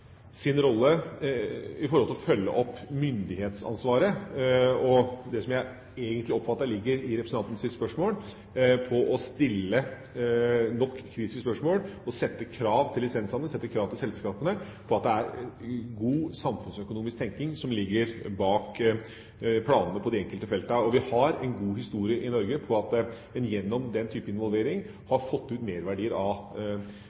rolle i å følge opp myndighetsansvaret, og det jeg egentlig oppfatter ligger i representantens spørsmål, er å stille nok kritiske spørsmål og sette krav til lisensene, sette krav til selskapene, om at det skal ligge god samfunnsøkonomisk tenking bak planene på de enkelte feltene. Vi har en god historie i Norge på at man gjennom den type involvering har fått ut merverdier av